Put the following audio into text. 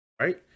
right